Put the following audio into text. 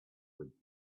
with